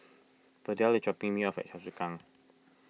Verdell is dropping me off at Choa Chu Kang